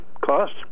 cost